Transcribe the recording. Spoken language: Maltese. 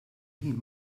ħin